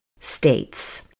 states